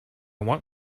want